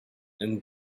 and